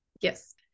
Yes